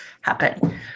happen